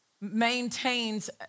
maintains